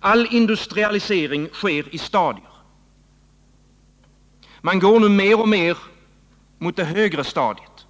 All industrialisering sker i stadier. Man går nu mer och mer mot det högre stadiet.